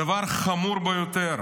הדבר חמור ביותר